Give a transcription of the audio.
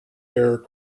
air